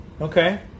Okay